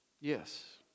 Yes